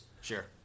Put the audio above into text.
Sure